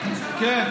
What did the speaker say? כן,